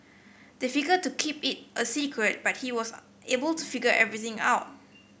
they figure to keep it a secret but he was able to figure everything out